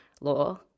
Law